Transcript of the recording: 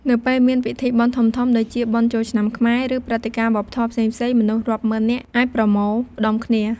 នៅពេលមានពិធីបុណ្យធំៗ ដូចជាបុណ្យចូលឆ្នាំខ្មែរ ឬព្រឹត្តិការណ៍វប្បធម៌ផ្សេងៗ មនុស្សរាប់ម៉ឺននាក់អាចប្រមូលផ្តុំគ្នា។